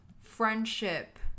friendship